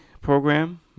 program